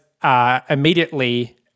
Immediately